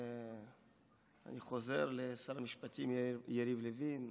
אני חוזר לשר המשפטים יריב לוין.